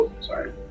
sorry